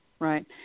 Right